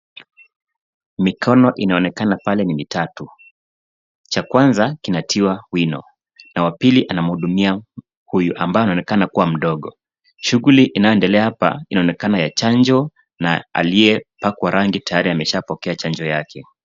Mikono inaonekana pale ni mitatu cha kwanza kinatiwa wino na wapili anamhudumia huyu ambaye anaonekana kuwa mdogo shughuli inayoendelea hapa inaonekana ya chanjo na aliyepakwa rangi tayari ameshapokea chanjo yake.